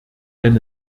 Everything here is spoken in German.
denn